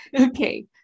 okay